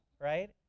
right